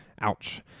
Ouch